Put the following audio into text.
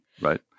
right